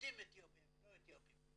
יהודים אתיופים ולא אתיופים.